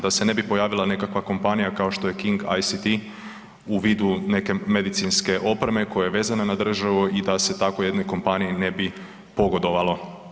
Da se ne bi pojavila nekakva kompanija kao što je KING ICT u vidu neke medicinske opreme koja je vezana na državu i da se tako jednoj kompaniji ne bi pogodovalo.